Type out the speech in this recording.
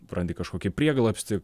prarandi kažkokį prieglobstį